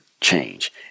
change